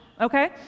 okay